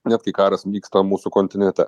net kai karas vyksta mūsų kontinente